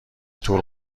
طول